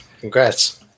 Congrats